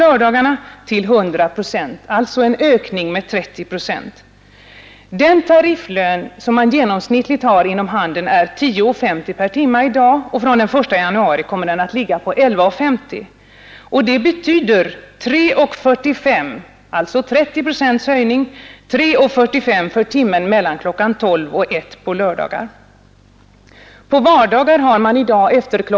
12.00 och kl. 13.00, alltså en ökning med 30 procent. Den tarifflön som man genomsnittligt har inom handeln är i dag 10:50 per timme och kommer fr.o.m. den 1 januari att vara 11:50. 30 procents höjning av lönen för timmen mellan kl. 12.00 och kl. 13.00 på lördagar betyder en förbättring med 3:45 räknat på tarifflönen 11:50. På vardagar har man i dag efter kl.